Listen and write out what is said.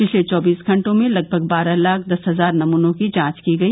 पिछले चौबीस घंटों में लगभग बारह लाख दस हजार नमूनों की जांच की गई